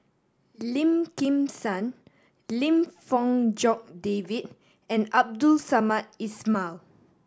Lim Kim San Lim Fong Jock David and Abdul Samad Ismail